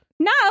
No